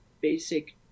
basic